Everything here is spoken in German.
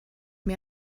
mir